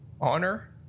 honor